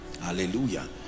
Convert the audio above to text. hallelujah